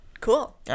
Cool